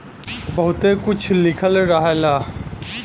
बहुते कुछ लिखल रहला